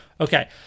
Okay